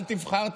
אל תבחר.